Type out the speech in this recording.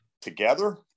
together